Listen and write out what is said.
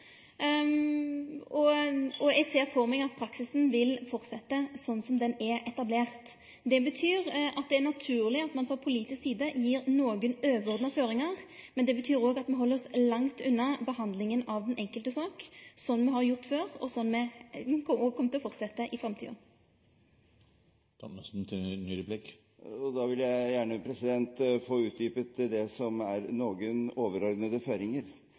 Eg ser for meg at praksisen vil fortsetje slik han er etablert. Det betyr at det er naturleg at ein frå politisk side gjev nokre overordna føringar, men det betyr òg at me held oss langt unna behandlinga av den enkelte saka, slik me har gjort før, og slik me kjem til å fortsetje med i framtida. Jeg vil gjerne få utdypet hva «nokre overordna føringar» betyr. Hva tenker statsråden om det? Er